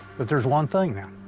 but there's one thing, now.